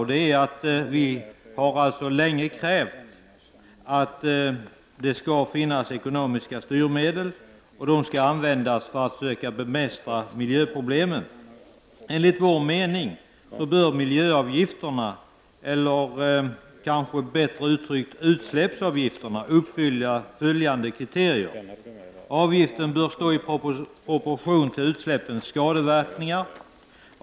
Vi har länge krävt att det skall finnas ekonomiska styrmedel, och de skall användas för att försöka bemästra miljöproblemen. Enligt vår mening bör miljöavgifterna — eller bättre uttryckt, utsläppsavgifterna — uppfylla följande kriterier: Avgiften bör stå i proportion till utsläppens skadeverkningar.